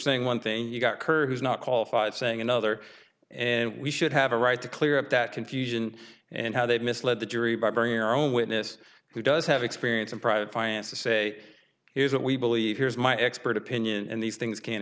saying one thing you've got her who's not qualified saying another and we should have a right to clear up that confusion and how they misled the jury by bringing our own witness who does have experience in private finance to say here's what we believe here's my expert opinion and these things can